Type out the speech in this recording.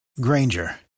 Granger